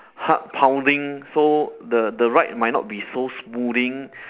heart pounding so the the ride might not be so smoothing